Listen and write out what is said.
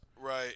Right